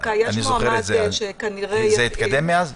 זה התקדם מאז?